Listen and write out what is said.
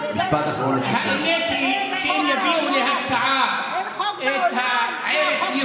אין חוק בעולם שאומר להרוג